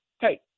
Hey